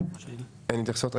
אין התייחסות.